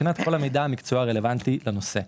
בחינת כל המידע המקצועי הרלוונטי בנושא.